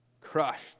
crushed